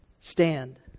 Stand